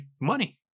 money